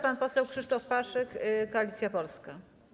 Pan poseł Krzysztof Paszyk, Koalicja Polska.